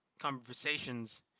conversations